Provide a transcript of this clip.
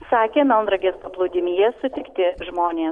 sakė melnragės paplūdimyje sutikti žmonės